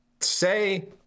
say